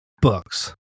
books